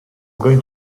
going